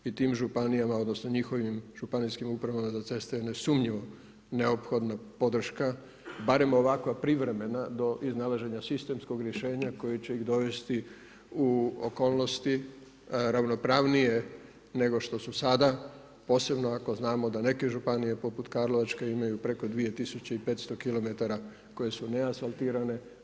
I tim županijama, odnosno njihovim županijskim upravama za ceste je nesumnjivo neophodna podrška barem ovakva privremena do iznalaženja sistemskog rješenja koje će ih dovesti u okolnosti ravnopravnije nego što su sada posebno ako znamo da neke županije poput Karlovačke imaju preko 2500km koje su neasfaltirane.